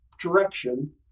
direction